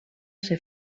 ser